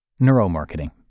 Neuromarketing